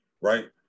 right